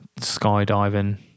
skydiving